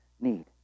need